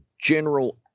general